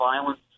violence